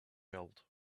held